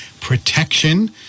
protection